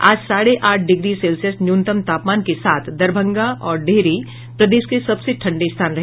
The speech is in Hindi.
आज साढ़े आठ डिग्री सेल्सियस न्यूनतम तापमान के साथ दरभंगा और डिहरी प्रदेश के सबसे ठंडे स्थान रहे